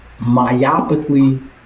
myopically